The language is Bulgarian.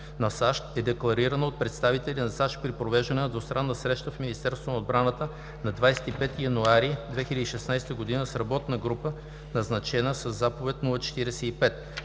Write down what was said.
на САЩ е декларирана от представители на САЩ при провеждане на двустранна среща в Министерството на отбраната на 25 януари 2016 г. с работна група, назначена със заповед МЗ